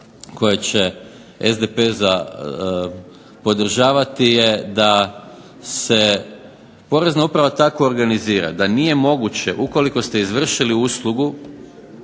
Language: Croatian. koje će SDP podržavati da se Porezna uprava tako organizira da nije moguće ukoliko ste izvršili uslugu